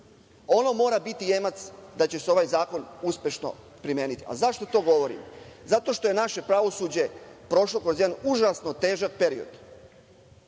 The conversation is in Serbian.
Ono mora biti jemac da će se ovaj zakon uspešno primeniti. Zašto to govorim? Zato što je naše pravosuđe prošlo kroz jedan užasno težak period,